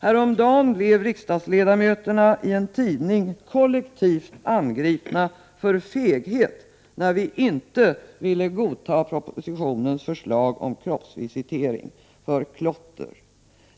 Häromdagen blev riksdagsledamöterna i en tidning kollektivt angripna för feghet när de inte ville godta propositionens förslag om kroppsvisitering vid klotter.